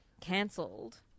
cancelled